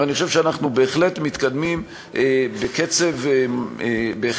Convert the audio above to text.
ואני חושב שאנחנו בהחלט מתקדמים בקצב בהחלט